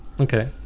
Okay